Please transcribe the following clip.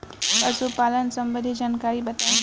पशुपालन सबंधी जानकारी बताई?